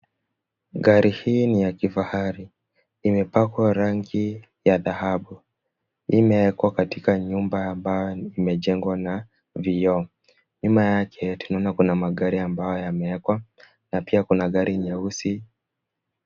Gari hii ni ya kifahari. Imepakwa rangi ya dhahabu. Imewekwa katika nyumba ambayo imejengwa na vioo. Nyuma yake tunaona kuna magari ambayo yamewekwa na pia kuna gari nyeusi.